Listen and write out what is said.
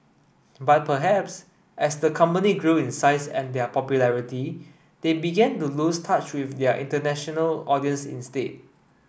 but perhaps as the company grew in size and their popularity they began to lose touch with their international audience instead